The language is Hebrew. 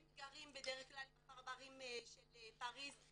הם גרים בדרך כלל בפרברים של פריס,